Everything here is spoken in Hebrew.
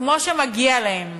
כמו שמגיע להם.